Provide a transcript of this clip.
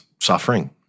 suffering